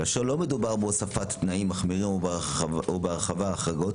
כאשר לא מדובר בהוספת תנאים מחמירים או בהרחבת ההחרגות